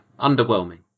Underwhelming